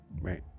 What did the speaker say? right